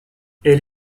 elle